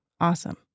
Awesome